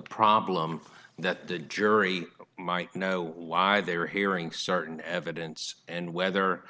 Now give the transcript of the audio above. problem that the jury might know why they're hearing certain evidence and whether